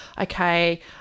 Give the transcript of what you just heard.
Okay